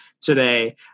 today